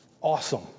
awesome